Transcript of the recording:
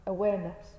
Awareness